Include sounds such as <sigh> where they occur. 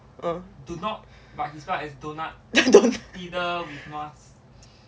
uh <laughs> donut <laughs>